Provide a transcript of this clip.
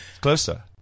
Closer